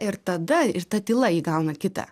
ir tada ta tyla įgauna kitą